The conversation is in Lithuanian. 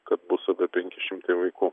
kad bus apie penki šimtai vaikų